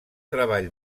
treball